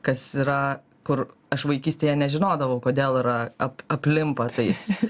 kas yra kur aš vaikystėje nežinodavau kodėl yra ap aplimpa tais